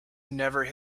never